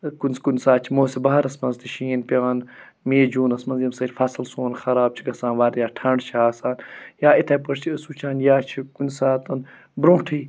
کُنہِ کُنہِ ساتہٕ چھُ موسمِ بہارَس منٛز تہِ شیٖن پیٚوان مٔیی جوٗنَس منٛز ییٚمہِ سۭتۍ فصل سون خراب چھُ گَژھان واریاہ ٹھنٛڈٕ چھِ آسان یا یِتھٔے پٲٹھۍ چھِ أسۍ وُچھان یا چھُ کُنہِ ساتہٕ برٛونٛٹھٕے